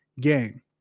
game